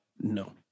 no